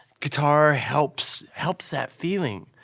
guitar helps helps that feeling.